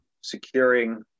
securing